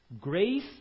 Grace